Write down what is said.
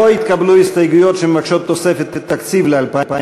לא התקבלו הסתייגויות שמבקשות תוספת תקציב ל-2016